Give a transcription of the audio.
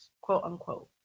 quote-unquote